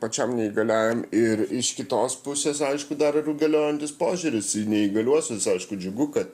pačiam neįgaliajam ir iš kitos pusės aišku dar ir galiojantis požiūris į neįgaliuosius aišku džiugu kad